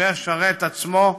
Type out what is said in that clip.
משה שרת עצמו,